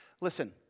listen